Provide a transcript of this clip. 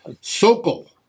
Sokol